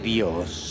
Dios